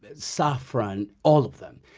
but saffron all of them.